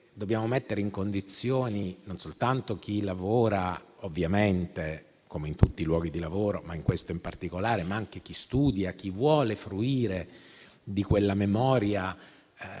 dobbiamo mettere nelle condizioni non soltanto chi vi lavora - ovviamente come in tutti i luoghi di lavoro e in questo in particolare - ma anche chi in esso studia e chi vuole fruire di quella memoria